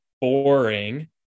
boring